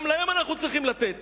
גם להם אנחנו צריכים לתת